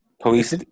police